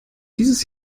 dieses